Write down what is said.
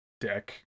deck